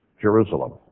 Jerusalem